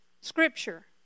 Scripture